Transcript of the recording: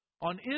On